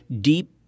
deep